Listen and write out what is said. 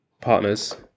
partners